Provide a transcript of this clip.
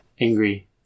Angry